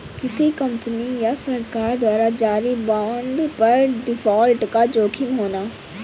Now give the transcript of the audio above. किसी कंपनी या सरकार द्वारा जारी बांड पर डिफ़ॉल्ट का जोखिम होना